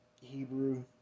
Hebrew